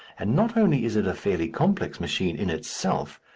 and not only is it a fairly complex machine in itself,